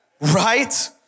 right